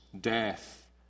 death